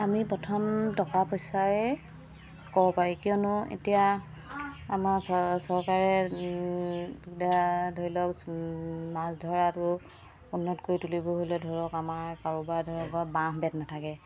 আমি প্ৰথম টকা পইচাই ক'ব পাৰি কিয়নো এতিয়া আমাৰ চৰকাৰে ধৰি লওক মাছ ধৰাটো উন্নত কৰি তুলিব হ'লেও ধৰক আমাৰ কাৰোবাৰ ধৰক বাঁহ বেত নাথাকে